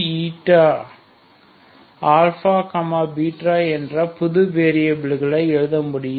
αβ என்ற புது வெரியபில்களாக எழுத முடியும்